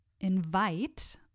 invite